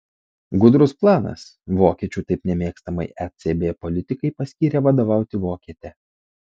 gudrus planas vokiečių taip nemėgstamai ecb politikai paskyrė vadovauti vokietę